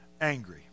angry